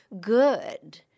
good